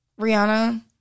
Rihanna